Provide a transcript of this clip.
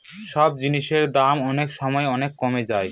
সব জিনিসের দাম অনেক সময় অনেক কমে যায়